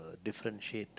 differentiate